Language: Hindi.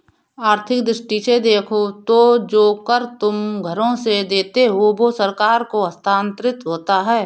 आर्थिक दृष्टि से देखो तो जो कर तुम घरों से देते हो वो सरकार को हस्तांतरित होता है